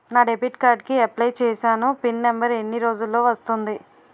నా debit card కి apply చూసాను పిన్ నంబర్ ఎన్ని రోజుల్లో వస్తుంది?